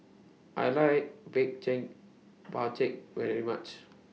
I like Bak Chang very much